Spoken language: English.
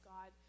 God